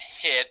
hit